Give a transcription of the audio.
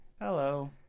Hello